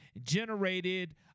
generated